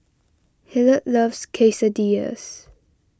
Hilliard loves Quesadillas